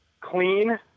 Clean